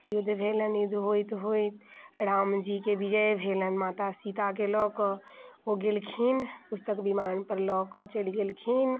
युद्ध भेलनि युद्ध होइत होइत राम जी के विजय भेलनि माता सीताके लऽ कऽ ओ गेलखिन पुस्तक विमानपर लऽ कऽ चढ़ि गेलखिन